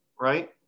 Right